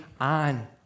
on